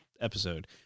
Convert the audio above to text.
episode